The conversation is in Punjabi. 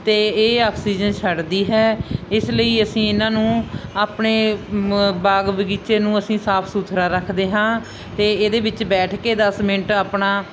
ਅਤੇ ਇਹ ਆਕਸੀਜਨ ਛੱਡਦੀ ਹੈ ਇਸ ਲਈ ਅਸੀਂ ਇਹਨਾਂ ਨੂੰ ਆਪਣੇ ਬਾਗ ਬਗੀਚੇ ਨੂੰ ਅਸੀਂ ਸਾਫ ਸੁਥਰਾ ਰੱਖਦੇ ਹਾਂ ਅਤੇ ਇਹਦੇ ਵਿੱਚ ਬੈਠ ਕੇ ਦਸ ਮਿੰਟ ਆਪਣਾ